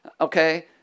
okay